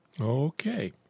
Okay